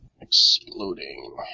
Exploding